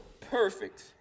perfect